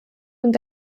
und